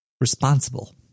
responsible